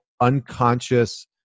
unconscious